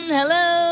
Hello